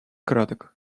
краток